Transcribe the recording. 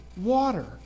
water